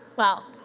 wow.